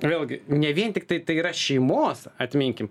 vėlgi ne vien tiktai tai yra šeimos atminkim